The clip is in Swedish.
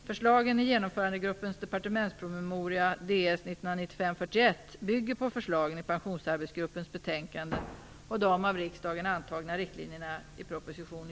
Förslagen i Genomförandegruppens departementspromemoria Ds 1995:41 bygger på förslagen i Pensionsarbetsgruppens betänkande och de av riksdagen antagna riktlinjerna i proposition